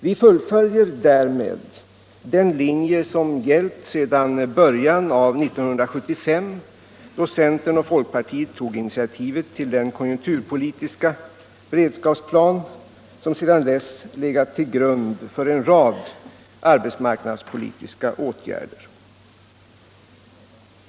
Vi fullföljer därmed den linje som gällt sedan början av 1975, då centern och folkpartiet tog initiativet till den konjunkturpolitiska beredskapsplan som sedan dess har legat till grund för en rad arbetsmarknadspolitiska åtgärder.